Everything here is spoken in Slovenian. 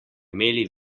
imeli